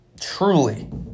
Truly